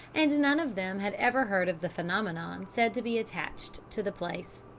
and none of them had ever heard of the phenomenon said to be attached to the place.